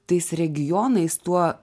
tais regionais tuo